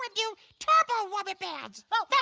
ah do tubber wubber bounce. yeah